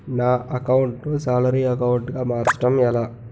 నా అకౌంట్ ను salary account గా మార్చటం ఎలా?